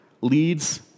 leads